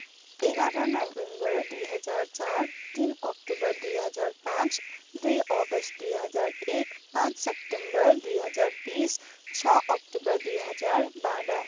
एघार नोभेम्बर दुई हजार चार तिन अक्टोबर दुई हजार पाँच दुई अगस्ट दुई हजार एक पाँच सेप्टेम्बर दुई हजार बिस छ अक्टोबर दुई हजार बाह्र